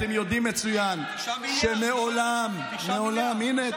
אתם יודעים מצוין שמעולם, מעולם, 9 מיליארד, לא?